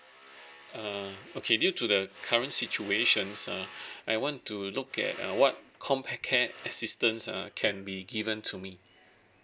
err okay due to the current situations uh I want to look at uh what comp packet assistance ah that can be given to me